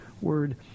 word